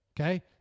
Okay